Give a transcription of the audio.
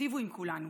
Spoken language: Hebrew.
שייטיבו עם כולנו.